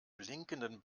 blinkenden